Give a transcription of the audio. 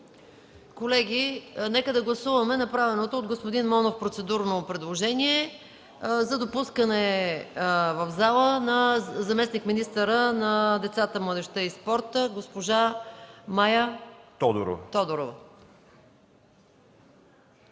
Колеги, нека да гласуваме направеното от господин Манов процедурно предложение за допускане в залата на заместник-министъра на децата, младежта и спорта госпожа Мая Тодорова.